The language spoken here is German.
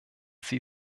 sie